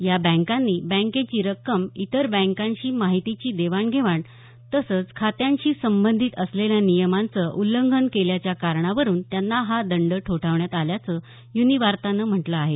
या बँकांनी बँकेची रक्कम इतर बँकांशी माहितीची देवाणघेवाण तसंच खात्यांशी संबधित असलेल्या नियंमाचं उल्लंघन केल्याच्या कारणावरून त्यांना हा दंड ठोठावण्यात आल्याचं युनीवार्तानं म्हटलं आहे